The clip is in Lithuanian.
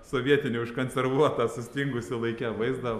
sovietinį užkonservuotą sustingusį laike vaizdą